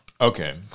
Okay